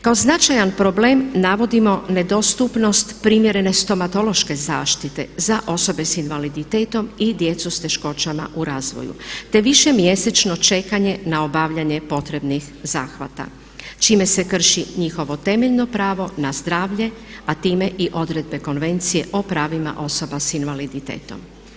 Kao značajan problem navodimo nedostupnost primjerene stomatološke zaštite za osobe sa invaliditetom i djecu s teškoćama u razvoju, te višemjesečno čekanje na obavljanje potrebnih zahvata čime se krši njihovo temeljno pravo na zdravlje, a time i odredbe Konvencije o pravima osoba sa invaliditetom.